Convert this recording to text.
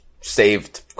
saved